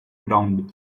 ground